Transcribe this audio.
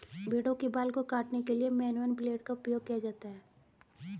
भेड़ों के बाल को काटने के लिए मैनुअल ब्लेड का उपयोग किया जाता है